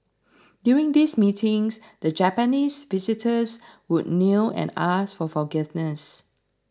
during these meetings the Japanese visitors would kneel and ask for forgiveness